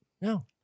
No